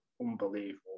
unbelievable